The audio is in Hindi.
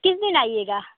किस दिन आइएगा